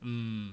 mm